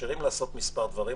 מאפשרים לעשות מספר דברים,